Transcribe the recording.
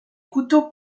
couteaux